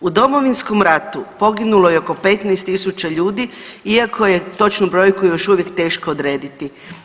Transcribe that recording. U Domovinskom ratu poginulo je oko 15.000 ljudi iako je točnu brojku još uvijek teško odrediti.